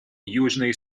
южный